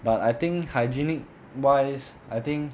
but I think hygienic wise I think